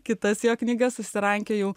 kitas jo knygas susirankiojau